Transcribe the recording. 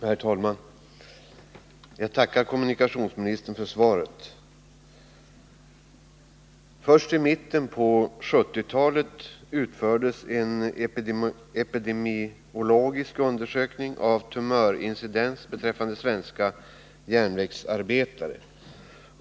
Herr talman! Jag tackar kommunikationsministern för svaret. Först i mitten på 1970-talet utfördes en epidemiologisk undersökning av tumörincidens beträffande svenska järnvägsarbetare.